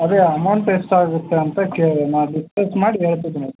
ಅದೇ ಅಮೌಂಟ್ ಎಷ್ಟಾಗುತ್ತೆ ಅಂತ ಕೇಳಿದೆ ನಾನು ಡಿಸ್ಕಸ್ ಮಾಡಿ ಹೇಳ್ತೀನಿ ಮ್ಯಾಮ್